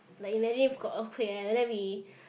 like imagine if got earthquake eh then we